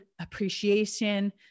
appreciation